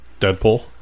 Deadpool